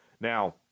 Now